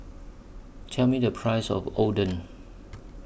Tell Me The Price of Oden